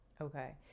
Okay